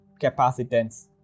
capacitance